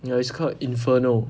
ya it's called inferno